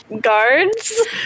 guards